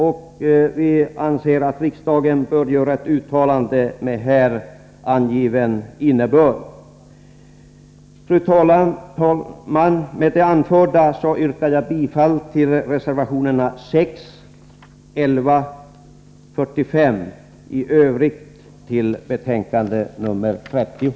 Vi anser att riksdagen bör göra ett uttalande med här angiven innebörd. Fru talman! Med det anförda yrkar jag bifall till reservationerna 6, 11 och 45 samt i övrigt till utskottets hemställan.